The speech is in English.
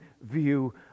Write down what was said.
view